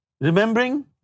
remembering